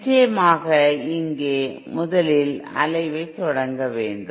நிச்சயமாக இங்கே முதலில் அலைவைத் தொடங்க வேண்டும்